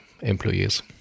employees